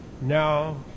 now